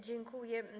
Dziękuję.